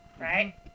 Right